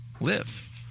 live